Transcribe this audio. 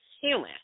human